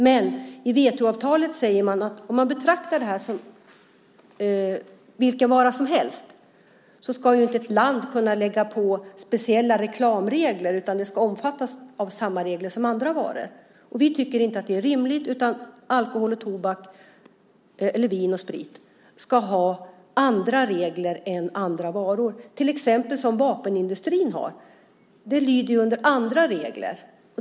Men i WTO-avtalet säger man att ett land inte ska kunna lägga på speciella reklamregler om det här betraktas som vilken vara som helst, utan det ska omfattas av samma regler som andra varor. Vi tycker inte att det är rimligt, utan alkohol och tobak, eller vin och sprit, ska ha andra regler än andra varor, som till exempel vapenindustrin har. Den lyder ju under andra regler.